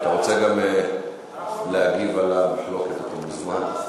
אם גם אתה רוצה להגיב על המחלוקת, אתה מוזמן.